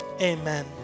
amen